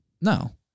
No